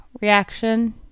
reaction